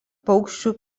paukščių